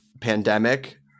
pandemic